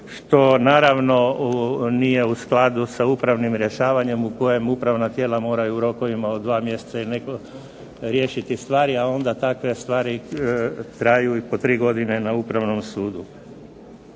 što naravno nije u skladu sa upravnim rješavanjem u kojem upravna tijela moraju u rokovima od dva mjeseca riješiti stvari, a onda takve stvari traju i po tri godine na Upravnom sudu.